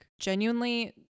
genuinely